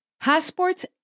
Passports